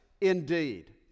indeed